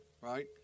right